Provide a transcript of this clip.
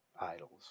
idols